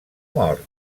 mort